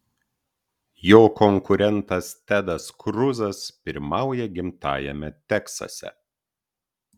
jo konkurentas tedas kruzas pirmauja gimtajame teksase